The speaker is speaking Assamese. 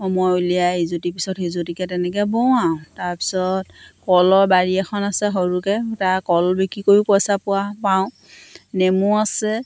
সময় উলিয়াই ইজুতি পিছত সিজুতিকৈ তেনেকৈ বওঁ তাৰপিছত কলৰ বাৰী এখন আছে সৰুকৈ তাৰ কল বিক্ৰী কৰিও পইচা পোৱা পাওঁ নেমু আছে